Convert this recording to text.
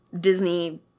Disney